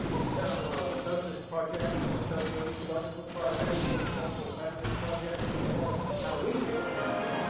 in terms ah of a socialist project, or socio-ecological project, or a social feminist project, or whatever. how we should expand it,